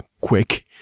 quick